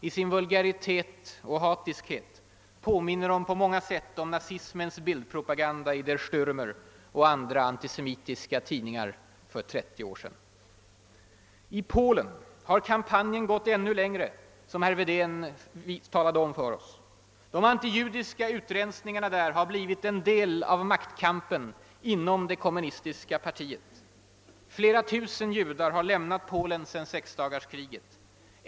I sin vulgaritet och hatiskhet påminner de på många sätt om nazismens bildpropaganda i Der Stärmer och andra antisemitiska tidningar för 30 år sedan. I Polen har kampanjen gått ännu längre, vilket herr Wedén tog upp. De antijudiska utrensningarna där har bli vit en del av maktkampanjen inom det kommunistiska partiet. Flera tusen judar har lämnat Polen sedan sexdagarskriget.